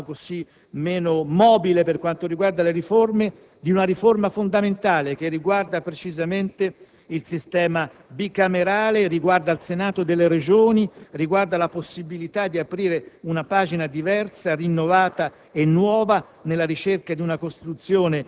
che saremo la forza meno mobile per quanto riguarda le riforme, abbiamo discusso di una riforma fondamentale che riguarda precisamente il sistema bicamerale, il Senato delle Regioni, la possibilità di aprire una pagina diversa, rinnovata e nuova